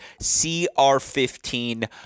CR15